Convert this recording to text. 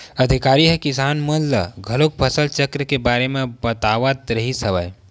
अधिकारी ह किसान मन ल घलोक फसल चक्र के बारे म बतात रिहिस हवय